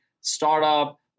startup